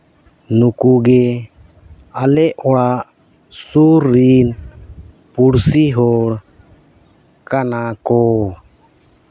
ᱱᱩᱠᱩ ᱜᱮ ᱟᱞᱮ ᱚᱲᱟᱜ ᱥᱩᱨ ᱨᱤᱱ ᱯᱩᱬᱥᱤ ᱦᱚᱲ ᱠᱟᱱᱟ ᱠᱚ